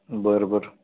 बरं बरं